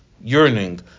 yearning